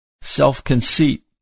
Self-conceit